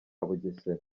bugesera